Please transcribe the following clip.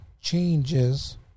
changes